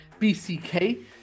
BCK